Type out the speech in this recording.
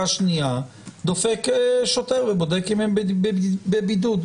השנייה דופק שוטר ובודק אם הם בבידוד.